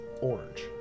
orange